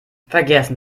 vergessen